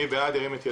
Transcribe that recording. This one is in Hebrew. מי בעד ירים את ידו.